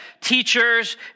teachers